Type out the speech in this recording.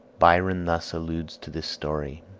byron thus alludes to this story